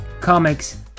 comics